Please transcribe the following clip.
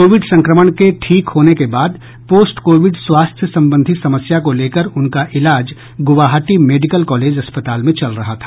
Covid संक्रमण के ठीक होने के बाद पोस्ट कोविड स्वास्थ्य संबंधी समस्या को लेकर उनका इलाज गुवाहाटी मेडिकल कॉलेज अस्पताल में चल रहा था